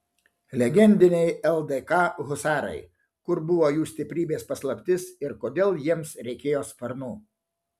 legendiniai ldk husarai kur buvo jų stiprybės paslaptis ir kodėl jiems reikėjo sparnų